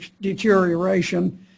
deterioration